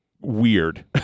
weird